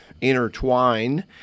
intertwine